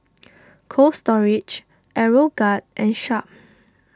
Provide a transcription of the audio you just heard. Cold Storage Aeroguard and Sharp